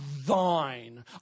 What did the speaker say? thine